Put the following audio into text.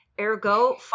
Ergo